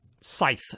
Scythe